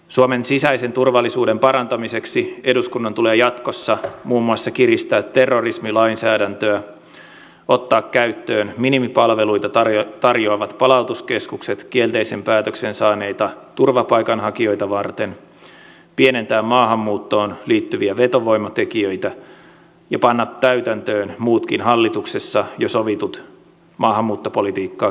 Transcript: suomen sisäisen turvallisuuden parantamiseksi eduskunnan tulee jatkossa muun muassa kiristää terrorismilainsäädäntöä ottaa käyttöön minimipalveluita tarjoavat palautuskeskukset kielteisen päätöksen saaneita turvapaikanhakijoita varten pienentää maahanmuuttoon liittyviä vetovoimatekijöitä ja panna täytäntöön muutkin hallituksessa jo sovitut maahanmuuttopolitiikkaa kiristävät toimenpiteet